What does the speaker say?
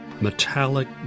metallic